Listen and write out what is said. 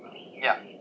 yeah